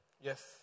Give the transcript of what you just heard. Yes